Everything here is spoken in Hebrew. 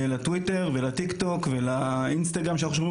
לטוויטר ולטיק טוק ולאינסטגרם שאנחנו שומרים